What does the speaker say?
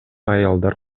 аялдар